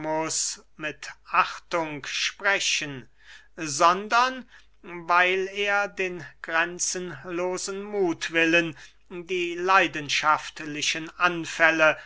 mit achtung sprechen sondern weil er den grenzenlosen muthwillen die leidenschaftlichen anfälle